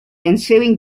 ensuing